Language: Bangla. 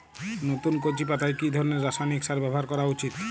নতুন কচি পাতায় কি ধরণের রাসায়নিক সার ব্যবহার করা উচিৎ?